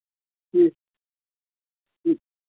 ٹھیٖک